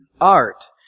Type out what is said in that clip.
art